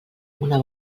una